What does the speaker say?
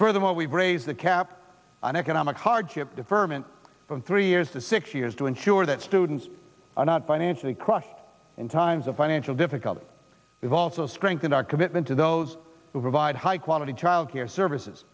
for the more we raise the cap on economic hardship deferment from three years to six years to ensure that students are not financially crushed in times of financial difficulty is also strengthen our commitment to those who provide high quality childcare services